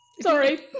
Sorry